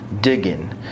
digging